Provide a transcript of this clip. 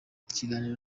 kiganiro